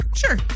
Sure